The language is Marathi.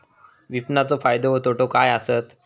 विपणाचो फायदो व तोटो काय आसत?